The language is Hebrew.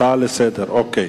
והיא תועבר לוועדת העבודה, הרווחה